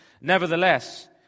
Nevertheless